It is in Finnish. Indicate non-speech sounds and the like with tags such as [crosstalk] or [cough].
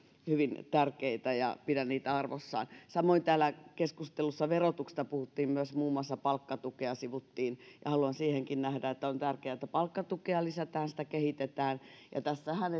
hyvin tärkeitä ja pidän niitä arvossa samoin täällä keskustelussa verotuksesta myös muun muassa palkkatukea sivuttiin ja haluan siinäkin nähdä että on tärkeää että palkkatukea lisätään ja sitä kehitetään tässähän [unintelligible]